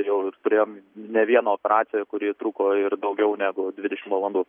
jau ir turėjom ne vieną operaciją kuri truko ir daugiau negu dvidešim valandų